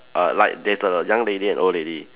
err like there's a young lady and old lady